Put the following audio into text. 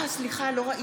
סליחה, לא ראיתי.